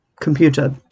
computer